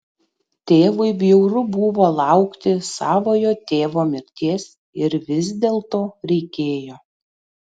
tėvui bjauru buvo laukti savojo tėvo mirties ir vis dėlto reikėjo